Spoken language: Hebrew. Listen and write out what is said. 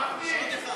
ההצעה להעביר את הצעת